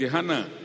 Hannah